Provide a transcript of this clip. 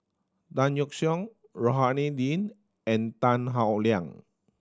Tan Yeok Seong Rohani Din and Tan Howe Liang